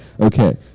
Okay